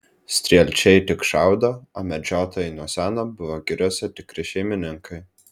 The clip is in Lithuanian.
strielčiai tik šaudo o medžiotojai nuo seno buvo giriose tikri šeimininkai